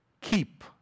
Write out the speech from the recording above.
keep